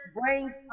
brings